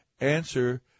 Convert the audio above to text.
answer